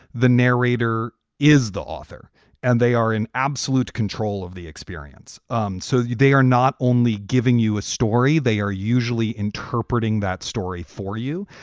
the narrator is the author and they are in absolute control of the experience. um so they are not only giving you a story, they are usually interpreting that story for you.